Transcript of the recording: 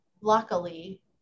Luckily